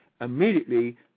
Immediately